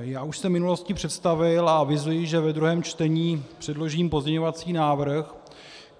Já už jsem v minulosti představil a avizuji, že ve druhém čtení předložím pozměňovací návrh,